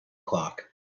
clock